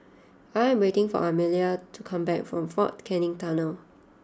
I am waiting for Amalia to come back from Fort Canning Tunnel